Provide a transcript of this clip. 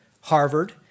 Harvard